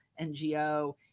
NGO